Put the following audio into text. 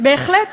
בהחלט.